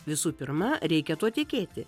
visų pirma reikia tuo tikėti